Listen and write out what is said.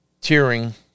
tearing